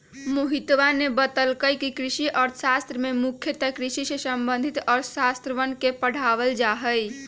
मोहितवा ने बतल कई कि कृषि अर्थशास्त्र में मुख्यतः कृषि से संबंधित अर्थशास्त्रवन के पढ़ावल जाहई